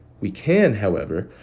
we can, however,